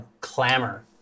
clamor